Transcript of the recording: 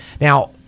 Now